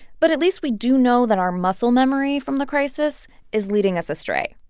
but at least we do know that our muscle memory from the crisis is leading us astray.